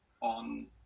on